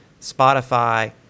Spotify